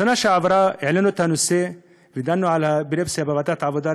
בשנה שעברה העלינו את הנושא ודנו על אפילפסיה בוועדת העבודה,